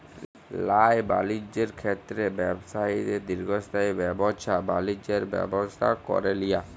ল্যায় বালিজ্যের ক্ষেত্রে ব্যবছায়ীদের দীর্ঘস্থায়ী ব্যাবছা বালিজ্যের ব্যবস্থা ক্যরে লিয়া